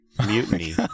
Mutiny